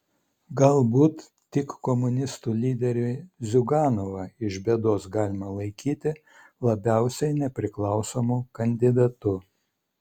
galbūt tik komunistų lyderį ziuganovą iš bėdos galima laikyti labiausiai nepriklausomu kandidatu